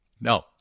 No